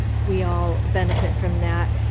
we all benefit from that.